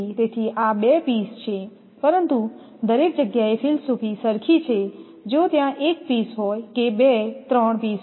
તેથી આ બે પીસ છે પરંતુ દરેક જગ્યાએ ફિલસૂફી સરખી છેજો ત્યાં એક પીસ હોય કે 2 3 પીસ હોય